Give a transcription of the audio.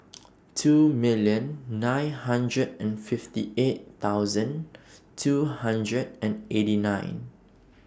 two million nine hundred and fifty eight thousand two hundred and eighty nine